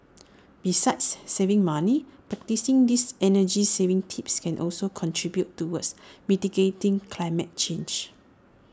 besides saving money practising these energy saving tips can also contribute towards mitigating climate change